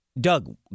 Doug